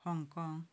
Hong Kong